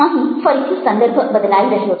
અહીં ફરીથી સંદર્ભ બદલાઈ રહ્યો છે